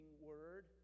word